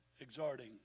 Exhorting